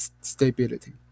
stability